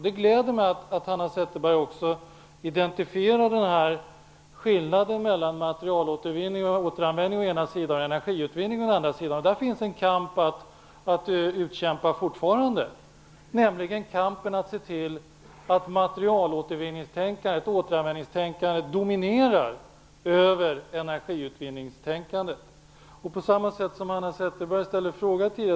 Det gläder mig att Hanna Zetterberg identifierar skillnaden mellan materialåtervinning och återanvändning å ena sidan och energiutvinning å andra sidan. Där finns fortfarande en kamp att utkämpa, nämligen kampen att se till att materialåtervinningstänkandet och återanvändningstänkandet dominerar över energiutvinningstänkandet. Hanna Zetterberg ställde en fråga till oss.